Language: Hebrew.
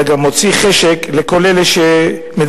אלא מוציאות את החשק לכל אלה שמדברים